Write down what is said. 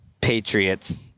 Patriots